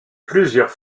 plusieurs